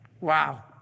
Wow